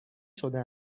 شده